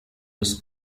des